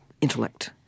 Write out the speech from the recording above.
intellect